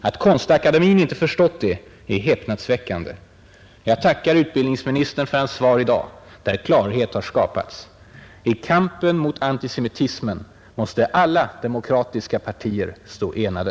Att Konstakademien inte förstått det är häpnadsväckande. Jag tackar utbildningsministern för hans svar i dag där klarhet har skapats. I kampen mot antisemitismen måste alla demokratiska partier stå enade.